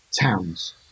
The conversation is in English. towns